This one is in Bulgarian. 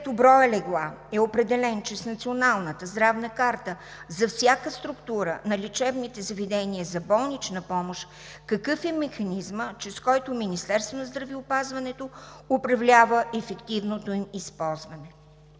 като броят легла е определен чрез Националната здравна карта за всяка структура на лечебните заведения за болнична помощ, какъв е механизмът, чрез който Министерството на здравеопазването управлява ефективното им използване?